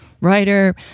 writer